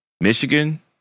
Michigan